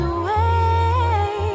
away